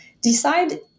decide